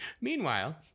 Meanwhile